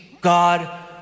God